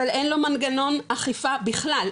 אבל אין לו מנגנון אכיפה בכלל,